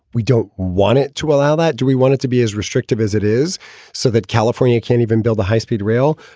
we don't want it to allow that. do we want it to be as restrictive as it is so that california can't even build a high-speed rail?